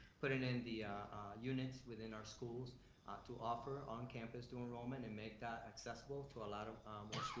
but and in the units within our schools to offer on-campus dual enrollment and make that accessible to a lot of